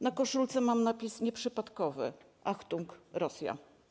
Na koszulce mam napis nieprzypadkowy: Achtung Rosja.